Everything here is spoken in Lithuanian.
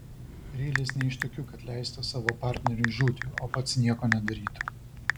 rylis ne iš tokių kad leistų savo partneriui žūti o pats nieko nedarytų